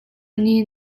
nih